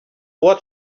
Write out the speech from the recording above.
what